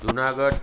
Junagadh